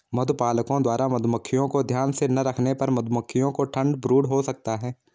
मधुपालकों द्वारा मधुमक्खियों को ध्यान से ना रखने पर मधुमक्खियों को ठंड ब्रूड हो सकता है